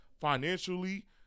financially